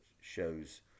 shows